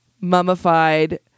mummified